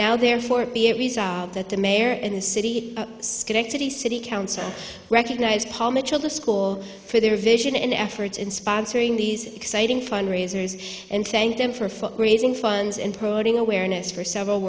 now therefore be it resolved that the mayor and the city schenectady city council recognize paul mitchell the school for their vision and efforts in sponsoring these exciting fundraisers and thank them for for raising funds and probing awareness for several